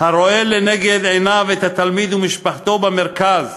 הרואה לנגד עיניו את התלמיד ומשפחתו במרכז,